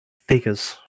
figures